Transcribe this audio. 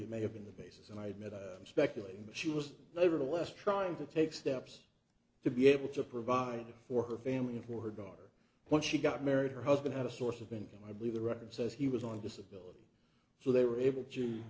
be may have been the basis and i admit i'm speculating but she was nevertheless trying to take steps to be able to provide for her family and for her daughter when she got married her husband had a source of income i believe the record says he was on disability so they were able to